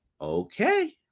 Okay